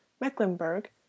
Mecklenburg